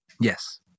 Yes